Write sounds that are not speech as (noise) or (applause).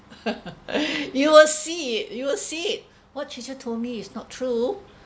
(laughs) you will see you will see what teacher told me it's not true